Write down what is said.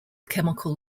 chemical